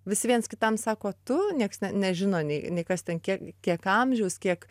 vis viens kitam sako tu nieks nežino nei nei kas ten kiek kiek amžiaus kiek